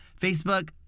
Facebook